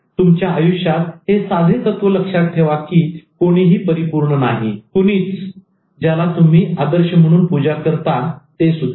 तुमच्या आयुष्यात हे साधे तत्त्व लक्षात ठेवा की कोणीही परिपूर्ण नाही कुणीच ज्याला तुम्ही आदर्श म्हणून पूजा करता तेसुद्धा